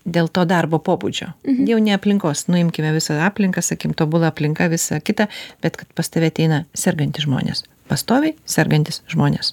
dėl to darbo pobūdžio jau ne aplinkos nuimkime visą aplinką sakim tobula aplinka visa kita bet kad pas tave ateina sergantys žmonės pastoviai sergantys žmonės